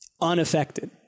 unaffected